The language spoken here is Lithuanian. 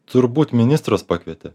turbūt ministras pakvietė